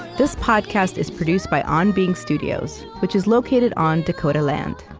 this podcast is produced by on being studios, which is located on dakota land.